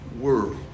world